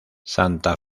santa